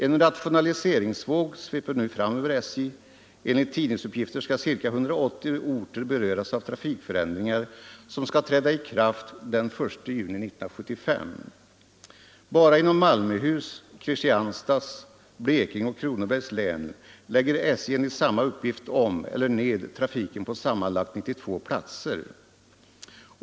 En rationaliseringsvåg sveper nu fram över SJ; enligt tidningsuppgifter skall ca 180 orter beröras av trafikförändringar som skall träda i kraft den 1 juni 1975. Bara inom Malmöhus, Kristianstads, Blekinge och Kronobergs län lägger SJ enligt samma uppgift om eller ned trafiken på sammanlagt 92 platser.